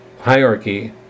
hierarchy